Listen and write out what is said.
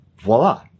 voila